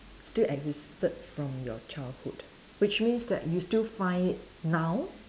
still existed from your childhood which means that you still find it now